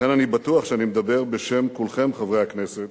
לכן, אני בטוח שאני מדבר בשם כולכם, חברי הכנסת,